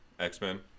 x-men